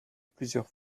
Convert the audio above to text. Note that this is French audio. plusieurs